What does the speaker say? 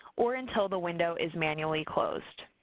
or until the window is manually closed.